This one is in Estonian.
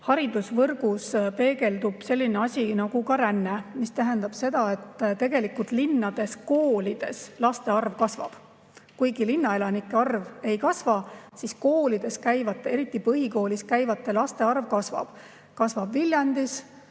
haridusvõrgus peegeldub ka selline asi nagu ränne, mis tähendab seda, et tegelikult linnade koolides laste arv kasvab. Kuigi linna elanike arv ei kasva, kasvab koolis käivate, eriti põhikoolis käivate laste arv: kasvab Viljandis,